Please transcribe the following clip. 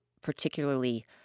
particularly